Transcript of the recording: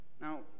Now